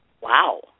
Wow